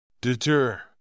DETER